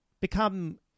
become